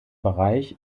bereich